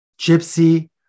Gypsy